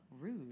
Rude